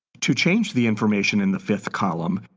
to change the information in the fifth column,